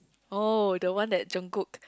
oh the one that don't cook